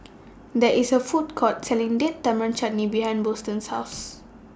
There IS A Food Court Selling Date Tamarind Chutney behind Boston's House